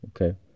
Okay